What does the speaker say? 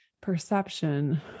perception